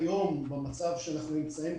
היום, במצב שבו אנחנו נמצאים,